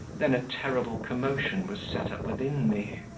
then a terrible commotion was set up within me.